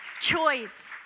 choice